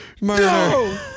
No